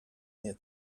here